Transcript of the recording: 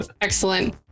Excellent